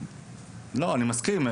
אני מסכים.